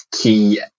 key